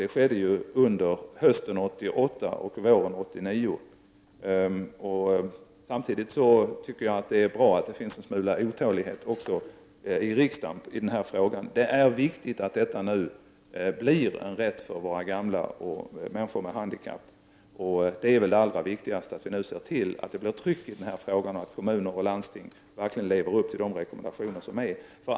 Det skedde under hösten 1988 och våren 1989. Det är samtidigt bra att det även i riksdagen finns en smula otålighet i denna fråga. Det är viktigt att detta nu blir en rättighet för våra gamla och för människor med handikapp. Det allra viktigaste nu är väl att vi ser till att det blir tryck i denna fråga och att kommuner och landsting verkligen lever upp till de rekommendationer som finns.